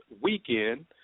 weekend